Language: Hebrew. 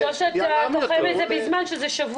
טוב שאתה תוחם את זה בזמן, תוך שבוע,